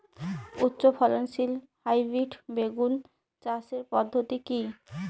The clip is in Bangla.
উচ্চ ফলনশীল হাইব্রিড বেগুন চাষের পদ্ধতি কী?